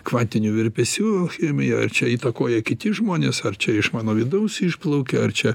kvantinių virpesių chemija ar čia įtakoja kiti žmonės ar čia iš mano vidaus išplaukia ar čia